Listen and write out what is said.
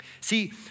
See